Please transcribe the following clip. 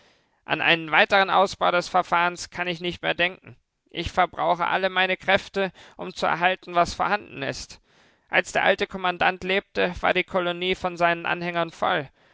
an einen weiteren ausbau des verfahrens kann ich nicht mehr denken ich verbrauche alle meine kräfte um zu erhalten was vorhanden ist als der alte kommandant lebte war die kolonie von seinen anhängern voll